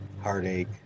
heartache